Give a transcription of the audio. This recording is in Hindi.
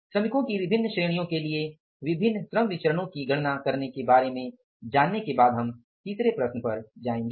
श्रमिकों की विभिन्न श्रेणियों के लिए विभिन्न श्रम विचरणो की गणना करने के बारे में जानने के बाद फिर हम तीसरी प्रश्न पर जाएंगे